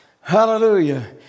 Hallelujah